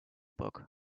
book